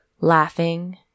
laughing